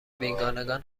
بیگانگان